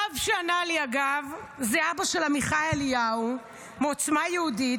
הרב שענה לי הוא אבא של עמיחי אליהו מעוצמה יהודית,